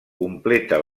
completa